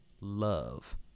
love